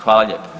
Hvala lijepo.